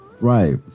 Right